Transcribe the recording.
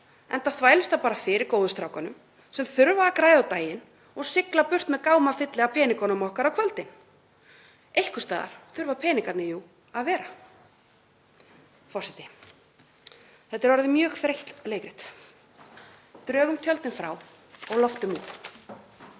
enda þvælist það bara fyrir góðu strákunum sem þurfa að græða á daginn og sigla burt með gámafylli af peningunum okkar á kvöldin. Einhvers staðar þurfa peningarnir jú að vera. Forseti. Þetta er orðið mjög þreytt leikrit. Drögum tjöldin frá og loftum út.